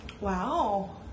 Wow